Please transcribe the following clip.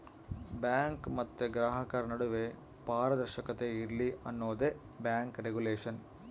bank ಮತ್ತೆ ಗ್ರಾಹಕರ ನಡುವೆ ಪಾರದರ್ಶಕತೆ ಇರ್ಲಿ ಅನ್ನೋದೇ ಬ್ಯಾಂಕ್ ರಿಗುಲೇಷನ್